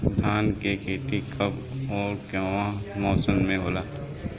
धान क खेती कब ओर कवना मौसम में होला?